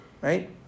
Right